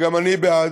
וגם אני בעד,